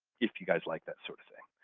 if you guys like that sort of thing.